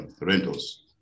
rentals